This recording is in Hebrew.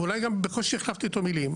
ואולי גם בקושי החלפתי איתו מילים.